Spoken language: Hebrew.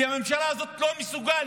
כי הממשלה הזאת לא מסוגלת